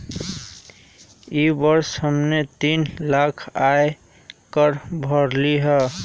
ई वर्ष हम्मे तीन लाख आय कर भरली हई